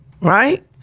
right